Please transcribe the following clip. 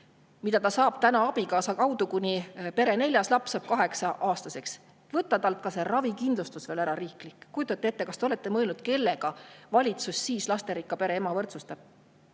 mida ta saab täna abikaasa kaudu, kuni pere neljas laps saab kaheksa-aastaseks. Võtta talt ka riiklik ravikindlustus veel ära – kujutate ette? Kas te olete mõelnud, kellega valitsus siis lasterikka pere ema võrdsustab?